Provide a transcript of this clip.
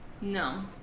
No